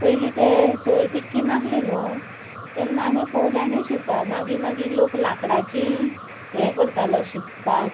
पयलीं ते सोय तितकी नाहली न्हय तेन्ना आमी पोवल्यांनी शिंपप मागीर मागीर लोक लाकडाचीं हें करतालो शिंपपाक